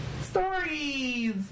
Stories